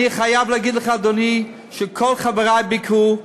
אני חייב להגיד לך, אדוני, שכל חברי ביקרו,